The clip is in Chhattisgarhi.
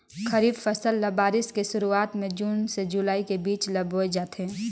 खरीफ फसल ल बारिश के शुरुआत में जून से जुलाई के बीच ल बोए जाथे